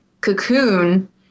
cocoon